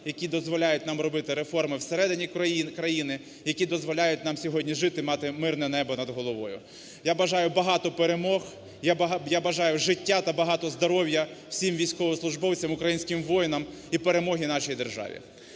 які дозволяють нам робити реформи в середині країни. які дозволяють нам сьогодні жити, мати мирне небо над головою. Я бажаю багато перемог, я бажаю життя та багато здоров'я всім військовослужбовцям, українським воїнам і перемоги нашій державі.